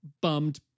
bummed